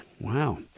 Wow